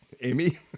Amy